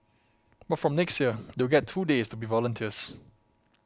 but from next year they will get two days to be volunteers